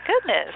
goodness